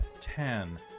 ten